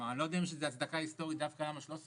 אני לא יודע אם יש לזה הצדקה היסטורית דווקא ל-13%,